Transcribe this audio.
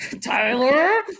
Tyler